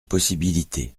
possibilité